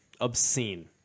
obscene